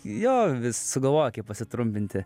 jo vis sugalvoju kaip pasitrumpinti